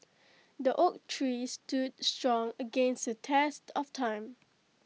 the oak tree stood strong against the test of time